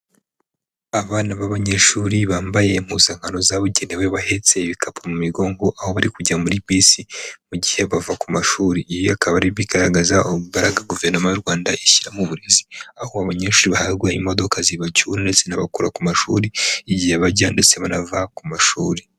Abana b'abanyeshuri bambaye impuzankano zabugenewe bahetse ibikapu mu migongo aho barikujya muri bisi mu gihe bava ku mashuri. Ibi akaba ari ibigaragaza imbaraga Guverinoma y'u Rwanda ishyira mu burezi aho abanyeshuri bahabwa imodoka zibacyura ndetse n'abakora ku mashuri igihe bajya ndetse banava ku mashuri.